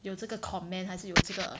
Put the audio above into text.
有这个 comment 还是有这个